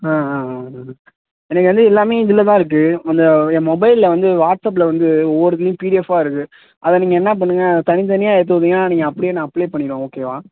ஆ ஆ ஆ ஆ எனக்கு வந்து எல்லாமே இதுல தான் இருக்கு அந்த ஏன் மொபைலில் வந்து வாட்ஸ்அப்பில் வந்து ஒவ்வொரு இதுலையும் பிடிஎஃப்பாக இருக்கு அதை நீங்கள் என்ன பண்ணுங்கள் தனி தனியாக எடுத்துக் கொடுத்தீங்கன்னா நீங்கள் அப்டே நான் அப்ளை பண்ணிவிடுவேன் ஓகேவா